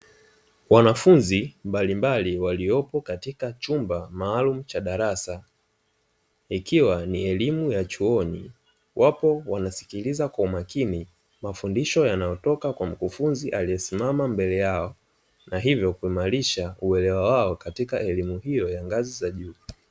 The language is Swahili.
Wanafunzi mbalimbali waliopo katika chumba maalumu cha darasa ikiwa ni elimu ya chuoni, wapo wanasikiliza kwa makini mafundisho yanayotoka kwa mkufunzi aliyesimama mbele yao, na hivyo kuimarisha uelewa wao katika elimu hiyo ya ngazi za juu.